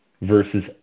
versus